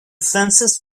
frances